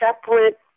separate